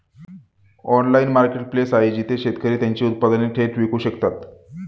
Online marketplace आहे जिथे शेतकरी त्यांची उत्पादने थेट विकू शकतात?